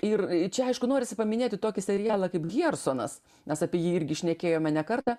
ir čia aišku norisi paminėti tokį serialą kaip giersonas mes apie jį irgi šnekėjome ne kartą